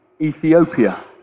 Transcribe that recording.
Ethiopia